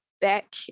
Back